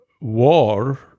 war